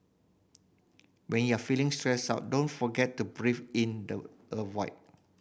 when you are feeling stressed out don't forget to breathe in the a void